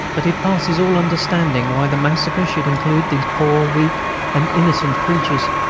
but it passes all understanding why the massacre should include these poor weak and innocent creatures.